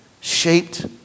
shaped